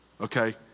okay